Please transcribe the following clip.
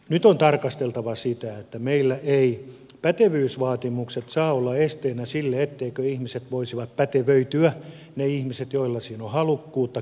nyt on tarkasteltava sitä että meillä eivät pätevyysvaatimukset saa olla esteenä sille etteivätkö ihmiset voisi pätevöityä ne ihmiset joilla siihen on halukkuutta kyvykkyyttä